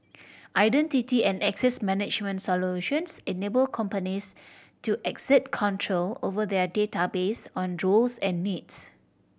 identity and access management solutions enable companies to exert control over their data based on roles and needs